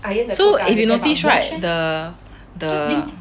so if you notice right the the